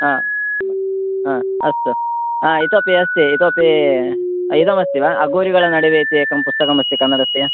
अ अ अस्तु इतोपि अस्ति इतोपि इदमस्ति वा अगोरिगळनडुवे इत्येकं पुस्तकम् अस्ति कन्नडस्य